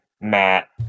Matt